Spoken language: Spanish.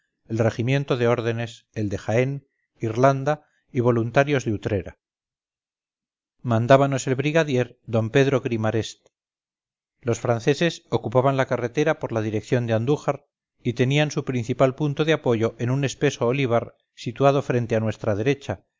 el regimiento de órdenes el de jaén irlanda y voluntarios de utrera mandábanos el brigadier d pedro grimarest los franceses ocupaban la carretera por la dirección de andújar y tenían su principal punto de apoyo en un espeso olivar situadofrente a nuestra derecha